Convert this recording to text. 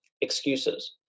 excuses